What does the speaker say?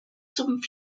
zum